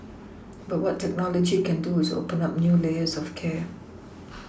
but what technology can do is open up new layers of care